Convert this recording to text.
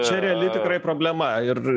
čia reali tikrai problema ir